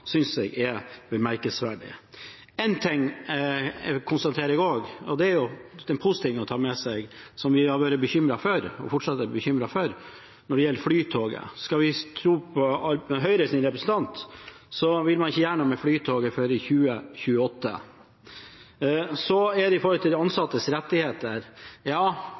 synes jeg er bemerkelsesverdig. Én ting konstaterer jeg også når det gjelder flytoget – og det er jo en positiv ting å ta med seg, og det er noe som vi har vært bekymret for og fortsatt er bekymret for – at skal vi tro på Høyres representant, vil man ikke gjøre noe med flytoget før i 2028. Når det gjelder de ansattes rettigheter,